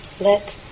let